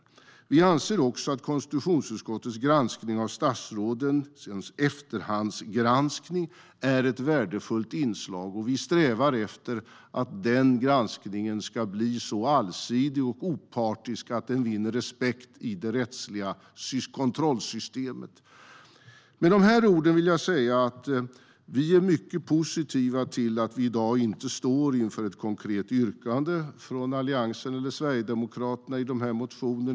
Vi anser också att konstitutionsutskottets granskning av statsråden, efterhandsgranskning, är ett värdefullt inslag. Vi strävar efter att denna granskning ska bli så allsidig och opartisk att den vinner respekt i det rättsliga kontrollsystemet. Vi är mycket positiva till att vi i dag inte står inför ett konkret yrkande från Alliansen eller Sverigedemokraterna i dessa motioner.